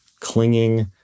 clinging